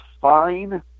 fine